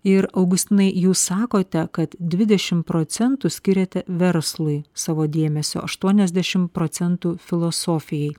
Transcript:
ir augustinai jūs sakote kad dvidešimt procentų skiriate verslui savo dėmesio aštuoniasdešimt procentų filosofijai